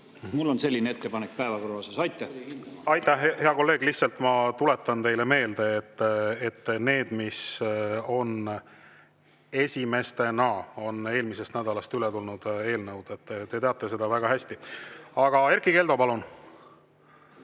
Mul on selline ettepanek päevakorra kohta. Aitäh, hea kolleeg! Ma lihtsalt tuletan teile meelde, et need, mis on esimesena, on eelmisest nädalast üle tulnud eelnõud. Te teate seda väga hästi. Erkki Keldo, palun!